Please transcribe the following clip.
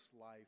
life